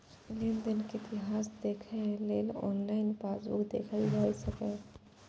लेनदेन के इतिहास देखै लेल ऑनलाइन पासबुक देखल जा सकैए